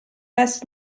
best